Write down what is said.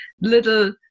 little